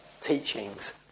teachings